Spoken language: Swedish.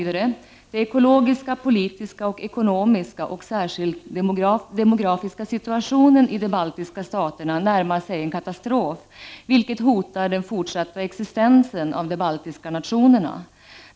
”Den ekologiska, politiska, ekonomiska och särskilt demografiska situationen i de baltiska staterna närmar sig en katastrof, vilket hotar den fortsatta existensen av de baltiska nationerna.